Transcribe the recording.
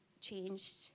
changed